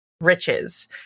riches